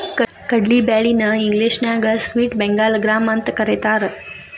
ಕಡ್ಲಿ ಬ್ಯಾಳಿ ನ ಇಂಗ್ಲೇಷನ್ಯಾಗ ಸ್ಪ್ಲಿಟ್ ಬೆಂಗಾಳ್ ಗ್ರಾಂ ಅಂತಕರೇತಾರ